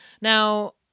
Now